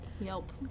Yelp